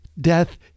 death